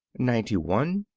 ninety one.